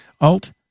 Alt